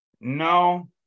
no